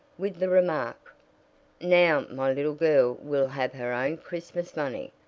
with the remark now my little girl will have her own christmas money.